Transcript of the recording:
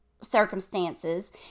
circumstances